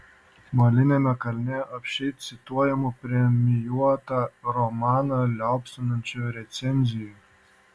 moliniame kalne apsčiai cituojamų premijuotą romaną liaupsinančių recenzijų